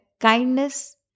kindness